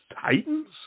Titans